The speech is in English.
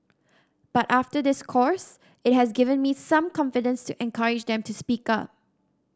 but after this course it has given me some confidence to encourage them to speak up